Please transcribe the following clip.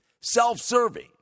self-serving